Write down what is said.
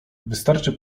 wystarczy